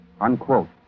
Unquote